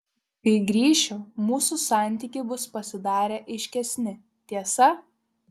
kai grįšiu mūsų santykiai bus pasidarę aiškesni tiesa